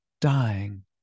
dying